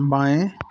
बाएँ